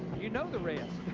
you know the rest.